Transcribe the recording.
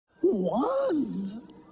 One